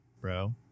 bro